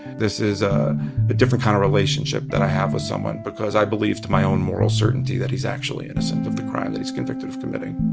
this is a different kind of relationship that i have with someone because i believe to my own moral certainty that he's actually innocent of the crime that he's convicted of committing.